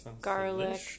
garlic